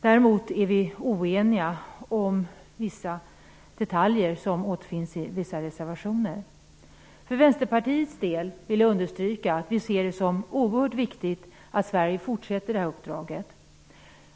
Däremot är vi oeniga om vissa detaljer som återfinns i vissa reservationer. Jag vill understryka att vi i Vänsterpartiet ser det som oerhört viktigt att Sverige fortsätter uppdraget.